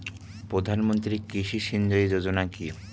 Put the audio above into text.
প্রধানমন্ত্রী কৃষি সিঞ্চয়ী যোজনা কি?